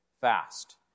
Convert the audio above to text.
fast